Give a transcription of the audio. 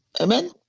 Amen